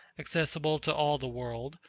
accessible to all the world,